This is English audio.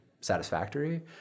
satisfactory